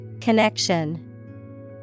Connection